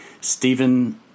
Stephen